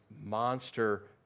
monster